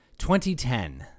2010